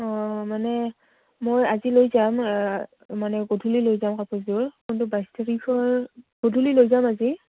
অঁ মানে মই আজি লৈ যাম মানে গধূলি লৈ যাম কাপোৰযোৰ কিন্তু বাইছ তাৰিখৰ গধূলি লৈ যাম আজি